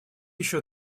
еще